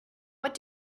what